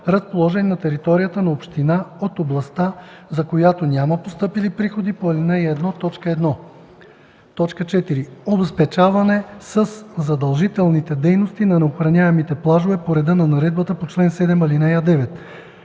разположени на територията на община от областта, за която няма постъпили приходи по ал. 1, т. 1; 4. обезпечаване със задължителните дейности на неохраняемите плажове по реда на наредбата по чл. 7, ал. 9.